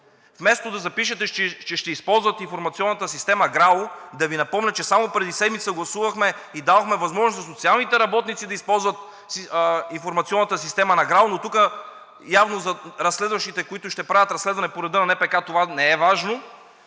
вместо да запишете, че ще използвате информационната система ГРАО – да Ви напомня, че само преди седмица гласувахме и дадохме възможност социалните работници да използват информационната система на ГРАО, но тук явно за разследващите, които ще правят разследване по реда на НПК, това не е важно,